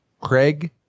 Craig